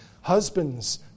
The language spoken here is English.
Husbands